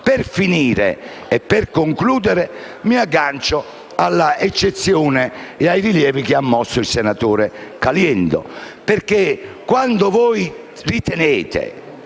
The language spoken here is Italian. tempi brevi. Per concludere, mi aggancio alla eccezione e ai rilievi mossi dal senatore Caliendo, perché quando voi ritenete